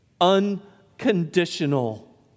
unconditional